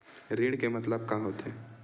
ऋण के मतलब का होथे?